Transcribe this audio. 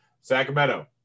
Sacramento